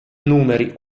numeri